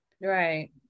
right